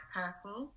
purple